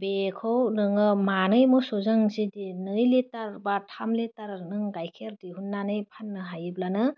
बेखौ नोङो मानै मोसौजों जुदि नै लिटार बा थाम लिटार नों गाइखेर दिहुननानै फाननो हायोब्लानो